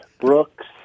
Brooks